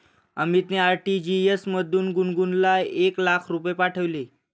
अमितने आर.टी.जी.एस मधून गुणगुनला एक लाख रुपये पाठविले